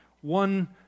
one